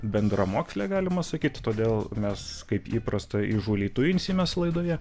bendramokslė galima sakyt todėl mes kaip įprasta įžūliai tuinsimės laidoje